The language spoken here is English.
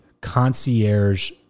concierge